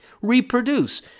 reproduce